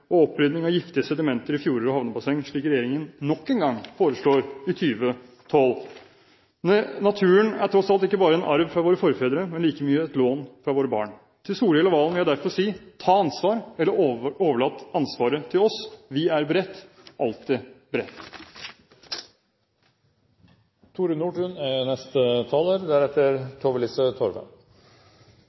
i opprydding av giftige sedimenter i fjorder og havnebasseng, noe regjeringen nok en gang foreslår i 2012. Naturen er tross alt ikke bare en arv fra våre forfedre, men like mye et lån fra våre barn. Til Solhjell og Serigstad Valen vil jeg derfor si: Ta ansvar eller overlat ansvaret til oss. Vi er beredt – alltid beredt. Da er